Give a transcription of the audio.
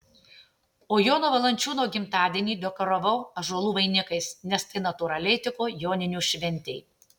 o jono valančiūno gimtadienį dekoravau ąžuolų vainikais nes tai natūraliai tiko joninių šventei